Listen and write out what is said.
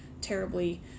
terribly